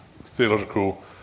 Theological